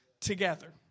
together